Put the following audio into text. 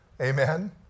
amen